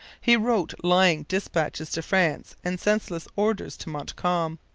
he wrote lying dispatches to france and senseless orders to montcalm.